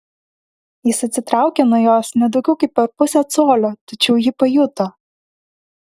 jis atsitraukė nuo jos ne daugiau kaip per pusę colio tačiau ji pajuto